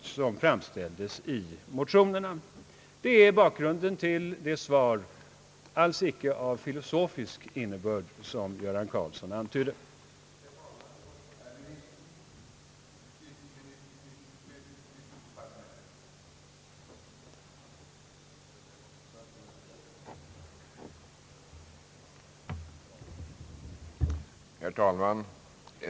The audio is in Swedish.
Detta är bakgrunden till mitt svar, vilket alls icke, som Göran Karlsson antydde, var av filosofisk innebörd.